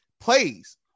plays